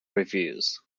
reviews